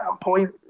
point